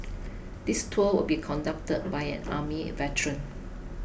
this tour will be conducted by an army veteran